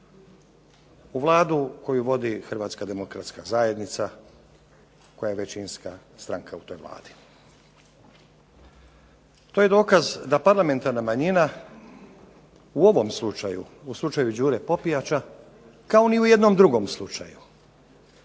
u Vladu koju vodi Hrvatska demokratska zajednica koja je većinska stranka u toj Vladi. To je dokaz da parlamentarna manjina u ovom slučaju, u slučaju Đure Popijača, kao ni u jednom drugom slučaju